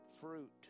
fruit